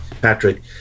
Patrick